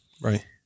Right